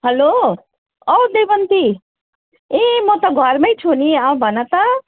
hello औ देवन्ती ए म त घरमा छु नि भन त